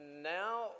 now